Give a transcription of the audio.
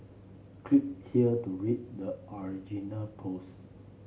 click here to read the original post